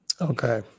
Okay